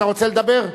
אתה רוצה לדבר?